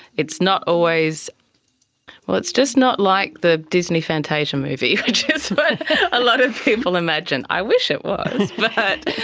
it's not always well it's just not like the disney fantasia movie, which is what a lot of people imagine. i wish it was, but